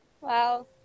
Wow